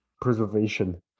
preservation